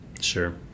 sure